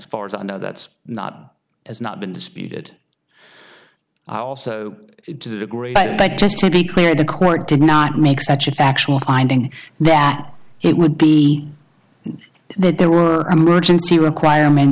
far as i know that's not as not been disputed i also to the degree but just to be clear the court did not make such a factual finding that it would be and that there were emergency requirement